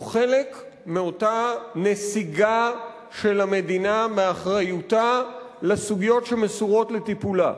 חלק מאותה נסיגה של המדינה מאחריותה לסוגיות שמסורות לטיפולה.